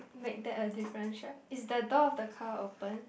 make that a different shirt is the door of the car open